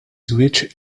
żwieġ